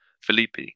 Felipe